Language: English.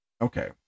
okay